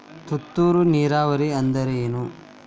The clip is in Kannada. ತುಂತುರು ನೇರಾವರಿ ಅಂದ್ರ ಏನ್?